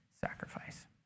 sacrifice